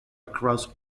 across